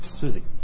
Susie